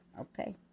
okay